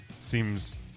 seems